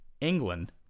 England